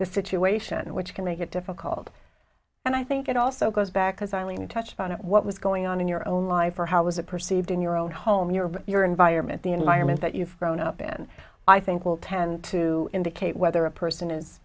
the situation which can make it difficult and i think it also goes back because eileen you touched on it what was going on in your own life or how was it perceived in your own home your your environment the environment that you've grown up in i think will tend to indicate whether a person is